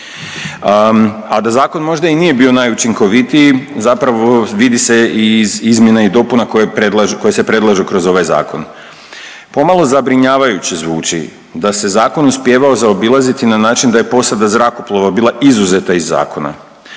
A da zakon možda i nije bio najučinkovitiji, zapravo vidi se i iz izmjena i dopuna koje se predlažu kroz ovaj Zakon. Pomalo zabrinjavajuće zvuči da se zakon uspijevao zaobilaziti na način da je posada zrakoplova bila izuzeta iz zakona.